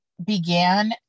began